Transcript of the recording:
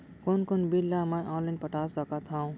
कोन कोन बिल ला मैं ऑनलाइन पटा सकत हव?